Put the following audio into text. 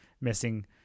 missing